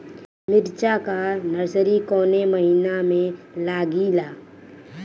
मिरचा का नर्सरी कौने महीना में लागिला?